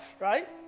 right